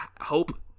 hope